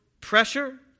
pressure